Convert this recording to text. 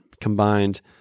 combined